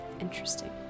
Interesting